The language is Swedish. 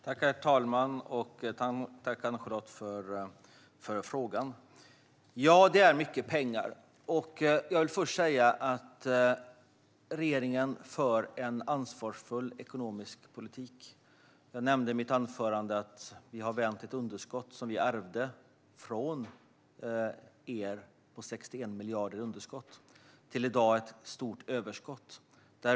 Herr talman! Tack för frågan, Ann-Charlotte! Ja, det är mycket pengar. Jag vill först säga att regeringen för en ansvarsfull ekonomisk politik. Jag nämnde i mitt anförande att vi har vänt ett underskott på 61 miljarder, som vi ärvde från er, till det som i dag är ett stort överskott.